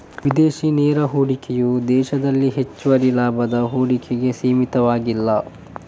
ವಿದೇಶಿ ನೇರ ಹೂಡಿಕೆಯು ವಿದೇಶದಲ್ಲಿ ಹೆಚ್ಚುವರಿ ಲಾಭದ ಹೂಡಿಕೆಗೆ ಸೀಮಿತವಾಗಿಲ್ಲ